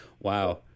Wow